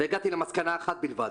והגעתי למסקנה אחת בלבד: